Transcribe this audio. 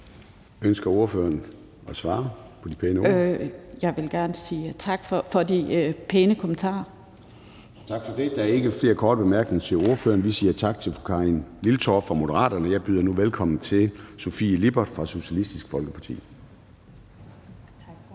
Jeg vil gerne sige tak for de pæne kommentarer. Kl. 10:36 Formanden (Søren Gade): Tak for det. Der er ikke flere korte bemærkninger til ordføreren, og vi siger tak til fru Karin Liltorp fra Moderaterne. Jeg byder nu velkommen til Sofie Lippert fra Socialistisk Folkeparti.